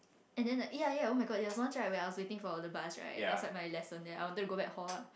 and then like ya ya oh-my-god there was once right when I was waiting for the bus right outside my lesson then I wanted to go back hall lah